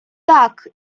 так